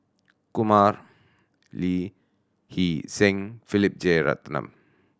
Kumar Lee Hee Seng Philip Jeyaretnam